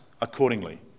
accordingly